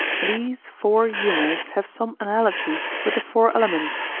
these four humours have some analogy with the four elements,